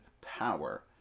power